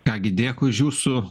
ką gi dėkui už jūsų